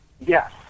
yes